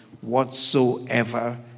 whatsoever